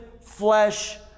flesh